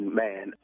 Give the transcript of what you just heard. man